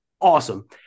awesome